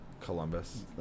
Columbus